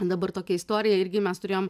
dabar tokią istoriją irgi mes turėjom